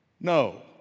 No